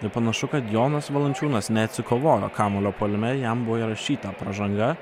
tai panašu kad jonas valančiūnas neatsikovojo kamuolio puolime jam buvo įrašyta pražanga